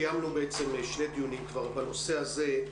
כבר קיימנו כבר שני דיונים בנושא הזה,